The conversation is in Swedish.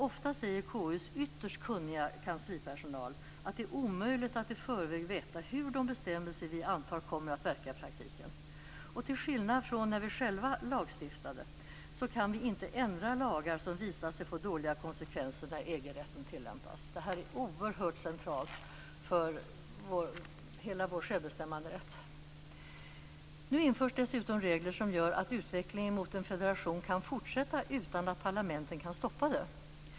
Ofta säger KU:s ytterst kunniga kanslipersonal att det är omöjligt att i förväg veta hur de bestämmelser vi antar kommer att verka i praktiken. Till skillnad från när vi själva lagstiftade kan vi inte ändra lagar som visat sig få dåliga konsekvenser när EG-rätten tillämpats. Det här är oerhört centralt för hela vår självbestämmanderätt. Nu införs dessutom regler som gör att utvecklingen mot en federation kan fortsätta utan att parlamenten kan stoppa den.